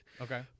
Okay